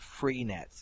Freenet